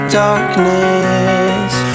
darkness